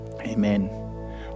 amen